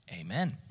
Amen